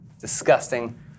disgusting